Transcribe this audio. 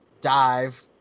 dive